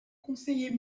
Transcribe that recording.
conseiller